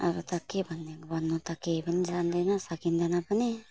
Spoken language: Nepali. अरू त के भन्ने भन्नु त केही पनि जान्दिनँ सकिँदैन पनि